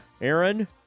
Aaron